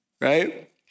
right